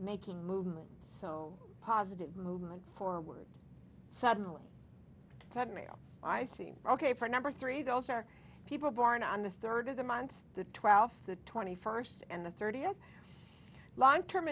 making movement so positive movement forward suddenly ten males i seem ok for number three those are people born on the third of the month the twelfth the twenty first and the thirtieth long term